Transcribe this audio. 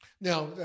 Now